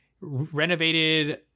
renovated